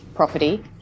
Property